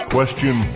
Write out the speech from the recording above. Question